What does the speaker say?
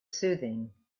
soothing